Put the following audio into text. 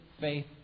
faith